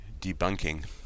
debunking